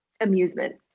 amusement